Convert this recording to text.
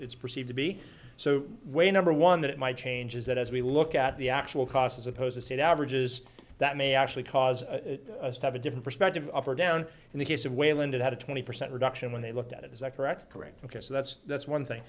it's perceived to be so way number one that it might change is that as we look at the actual cost as opposed to state averages that may actually cause us to have a different perspective up or down in the case of wayland had a twenty percent reduction when they looked at it is that correct correct ok so that's that's one thing